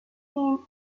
came